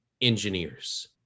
Engineers